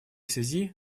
связи